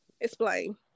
Explain